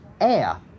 air